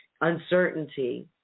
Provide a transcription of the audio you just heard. uncertainty